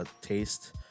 taste